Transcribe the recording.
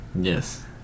Yes